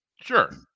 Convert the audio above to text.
Sure